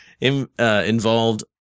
involved